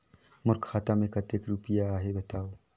मोर खाता मे कतेक रुपिया आहे बताव?